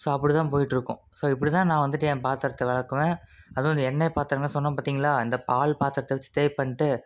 so அப்படி தான் போயிட்டிருக்கும் ஸோ இப்படி தான் நான் வந்துட்டு என் பாத்திரத்த விளக்குவேன் அதுவும் இந்த எண்ணெய் பாத்திரங்கள்லாம் சொன்னேன் பார்த்திங்கங்களா இந்த பால் பாத்திரத்த வச்சு தேய்ப்பேன்ட்டு